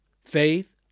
faith